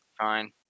Fine